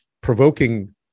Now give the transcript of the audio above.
provoking